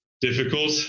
difficult